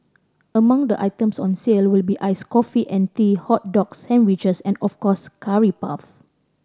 among the items on sale will be iced coffee and tea hot dogs sandwiches and of course curry puff